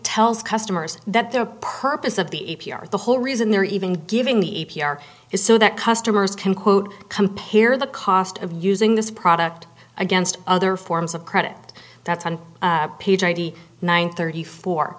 tells customers that the purpose of the a p r the whole reason they're even giving the p r is so that customers can quote compare the cost of using this product against other forms of credit that's on page ninety nine thirty four